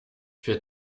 für